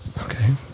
Okay